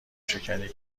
شکنی